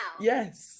Yes